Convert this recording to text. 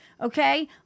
Okay